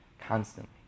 Constantly